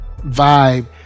vibe